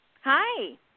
Hi